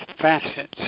facets